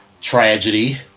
tragedy